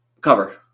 cover